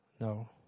No